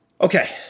Okay